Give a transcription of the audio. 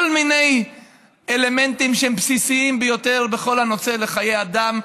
כל מיני אלמנטים שהם בסיסיים ביותר בכל הנושא של חיי אדם,